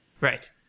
Right